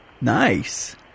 Nice